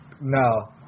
No